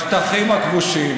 בשטחים הכבושים.